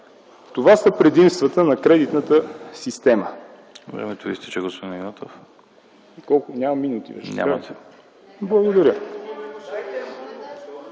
Това са предимствата на кредитната система.